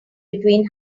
between